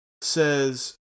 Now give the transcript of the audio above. says